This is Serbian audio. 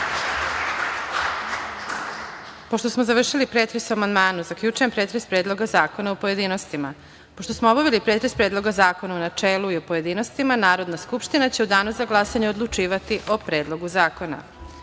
Pošto smo završili pretres o amandmanu, zaključujem pretres Predloga zakona u pojedinostima. Pošto smo obavili pretres Predloga zakona u načelu i u pojedinostima, Narodna skupština će u danu za glasanje odlučivati o Predlogu